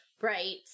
right